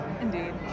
indeed